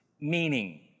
meaning